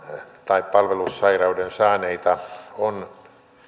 tai palvelussairauden saaneita on